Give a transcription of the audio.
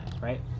right